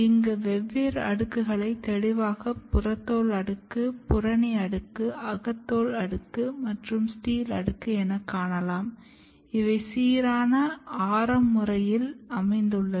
இங்கு வெவ்வேறு அடுக்குகளை தெளிவாக புறத்தோல் அடுக்கு புறணி அடுக்கு அகத்தோல் அடுக்கு மற்றும் ஸ்டீல் அடுக்கு என காணலாம் இவை சீரான ஆரம் முறையில் அமைந்துள்ளது